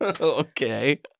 Okay